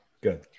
good